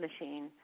machine